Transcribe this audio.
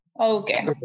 Okay